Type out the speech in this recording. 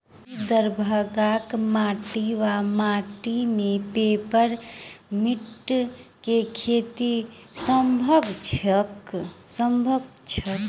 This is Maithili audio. की दरभंगाक माटि वा माटि मे पेपर मिंट केँ खेती सम्भव छैक?